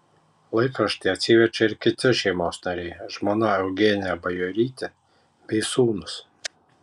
laikraštį atsiverčia ir kiti šeimos nariai žmona eugenija bajorytė bei sūnūs